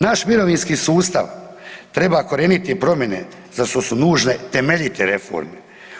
Naš mirovinski sustav treba korijenite promjene za što su nužne temeljite reforme.